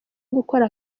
gukora